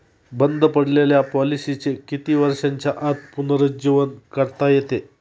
बंद पडलेल्या पॉलिसीचे किती वर्षांच्या आत पुनरुज्जीवन करता येते?